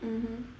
mmhmm